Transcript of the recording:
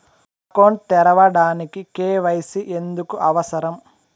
Account తెరవడానికి, KYC ఎందుకు అవసరం?